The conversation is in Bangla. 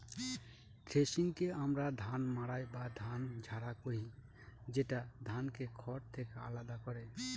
থ্রেশিংকে আমরা ধান মাড়াই বা ধান ঝাড়া কহি, যেটা ধানকে খড় থেকে আলাদা করে